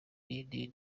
bibi